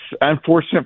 unfortunate